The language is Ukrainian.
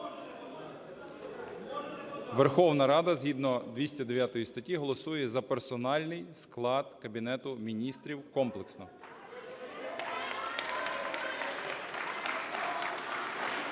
Верховна Рада згідно 209 статті голосує на персональний склад Кабінету Міністрів комплексно.